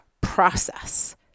process